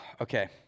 Okay